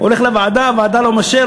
הוא הולך לוועדה, הוועדה לא מאשרת.